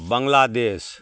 Bangladesh